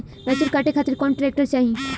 मैसूर काटे खातिर कौन ट्रैक्टर चाहीं?